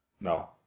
No